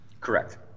correct